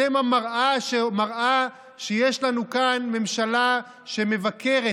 אתם המראה שמראה שיש לנו כאן ממשלה שמבכרת,